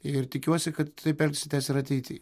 ir tikiuosi kad taip elgsitės ir ateity